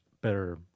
better